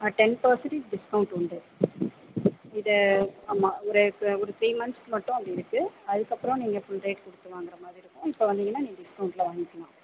ஆ ten percentage discount உண்டு இதை ஆமாம் ஒரு ஒரு த்ரீ மன்த்ஸ் மட்டும் அப்படி இருக்கும் அதுக்கப்புறம் நீங்கள் ஃபுல் ரேட் கொடுத்து வாங்குற மாதிரி இருக்கும் இப்போ வாங்குன்னீங்கனா நீங்கள் டிஸ்கௌண்டில் வாங்கிக்கலாம்